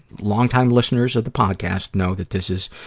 long-time listeners of the podcast know that this is,